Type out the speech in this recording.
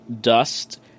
Dust